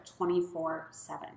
24/7